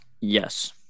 Yes